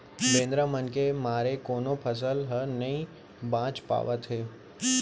बेंदरा मन के मारे कोनो फसल ह नइ बाच पावत हे